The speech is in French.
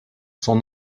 sont